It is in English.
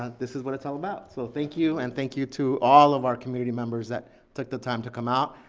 this is what it's all about, so thank you and thank you to all of our community members that took the time to come out.